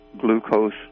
glucose